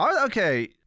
Okay